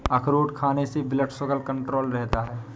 अखरोट खाने से ब्लड शुगर कण्ट्रोल रहता है